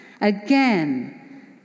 again